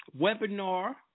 webinar